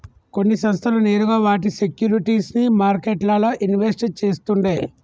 కొన్ని సంస్థలు నేరుగా వాటి సేక్యురిటీస్ ని మార్కెట్లల్ల ఇన్వెస్ట్ చేస్తుండే